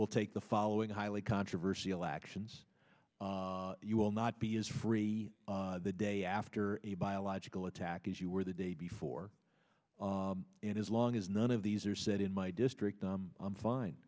will take the following highly controversial actions you will not be as free the day after a biological attack as you were the day before and as long as none of these are said in my district i'm fine